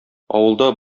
авылда